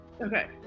Okay